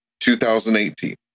2018